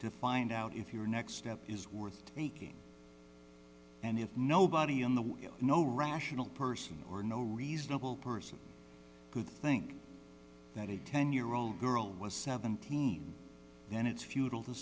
to find out if your next step is worth taking and if nobody in the no rational person or no reasonable person would think that a ten year old girl was seventeen then it's futile to